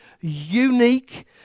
unique